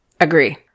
agree